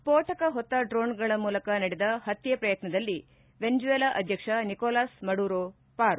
ಸ್ಪೋಟಕ ಹೊತ್ತ ಡ್ರೋನ್ಗಳ ಮೂಲಕ ನಡೆದ ಪತ್ನೆ ಪ್ರಯತ್ನದಲ್ಲಿ ವೆನಿಜುಯೆಲಾ ಅಧ್ಯಕ್ಷ ನಿಕೊಲಾಸ್ ಮಡುರೊ ಪಾರು